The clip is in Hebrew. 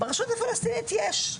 ברשות הפלסטינית יש.